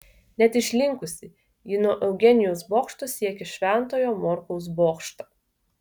net išlinkusi ji nuo eugenijaus bokšto siekia šventojo morkaus bokštą